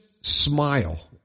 smile